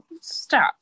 stop